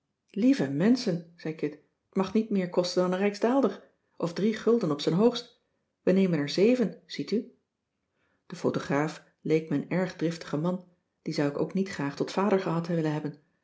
lieve menschen zei kit t mag niet meer kosten dan een rijksdaalder of drie gulden op z'n hoogst we nemen er zeven ziet u de photograaf leek me een erg driftige man die zou ik ook niet graag tot vader gehad willen hebben